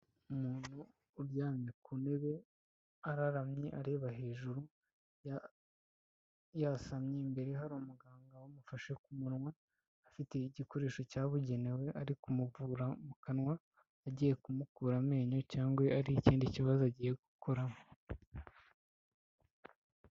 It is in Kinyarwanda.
Umuntu uryamye ku ntebe araramye areba hejuru yasamye, imbere hari umuganga umufashe ku munwa, afite igikoresho cyabugenewe ari kumuvura mu kanwa, agiye kumukura amenyo cyangwa ari ikindi kibazo agiye gukoramo.